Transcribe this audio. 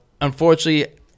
Unfortunately